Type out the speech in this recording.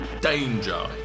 Danger